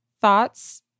thoughts